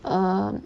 um